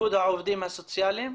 איגוד העובדים הסוציאליים?